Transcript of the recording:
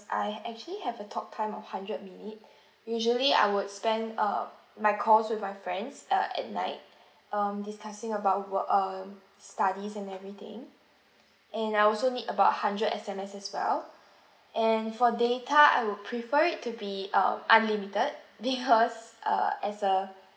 I actually have a talk time of hundred minute usually I would spend um my calls with my friends uh at night um discussing about work um studies and everything and I also need about hundred S_M_S as well and for data I would prefer it to be uh unlimited because uh as a